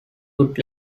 would